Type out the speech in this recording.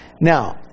Now